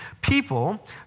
people